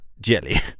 jelly